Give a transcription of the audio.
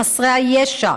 בחסרי הישע,